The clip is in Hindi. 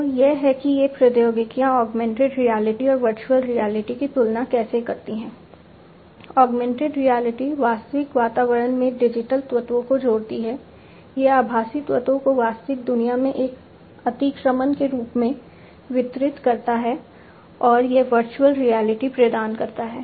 तो यह है कि ये प्रौद्योगिकियां ऑगमेंटेड रियलिटी प्रदान करता है